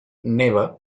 neva